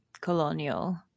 colonial